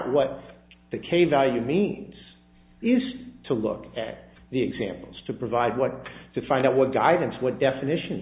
what the k value means is to look at the examples to provide what to find out what guidance what definition